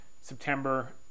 September